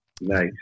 Nice